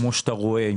כמו שאתה רואה,